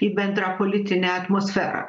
į bendrą politinę atmosferą